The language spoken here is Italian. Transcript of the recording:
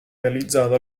realizzato